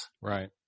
right